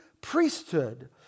priesthood